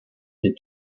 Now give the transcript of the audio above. les